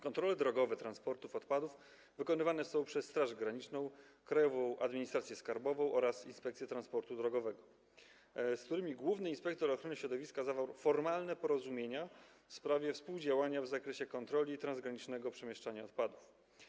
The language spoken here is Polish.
Kontrole drogowe transportu odpadów wykonywane są przez Straż Graniczną, Krajową Administrację Skarbową oraz Inspekcję Transportu Drogowego, z którymi główny inspektor ochrony środowiska zawarł formalne porozumienia w sprawie współdziałania w zakresie kontroli transgranicznego przemieszczania odpadów.